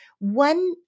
One